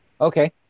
Okay